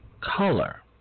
color